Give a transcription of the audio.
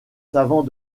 savants